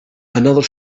another